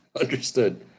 Understood